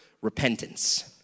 repentance